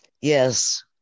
Yes